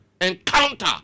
encounter